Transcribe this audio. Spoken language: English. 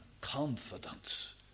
confidence